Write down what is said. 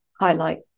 highlight